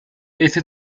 este